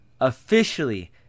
officially